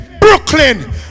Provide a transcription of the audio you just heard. Brooklyn